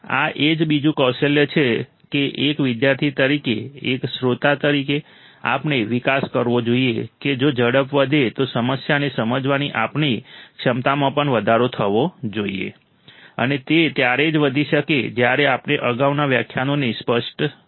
આ એક બીજું કૌશલ્ય છે કે એક વિદ્યાર્થી તરીકે એક શ્રોતા તરીકે આપણે વિકાસ કરવો જોઈએ કે જો ઝડપ વધે તો સમસ્યાને સમજવાની આપણી ક્ષમતામાં પણ વધારો થવો જોઈએ અને તે ત્યારે જ વધી શકે જ્યારે આપણે અગાઉના વ્યાખ્યાનોથી સ્પષ્ટ થઈએ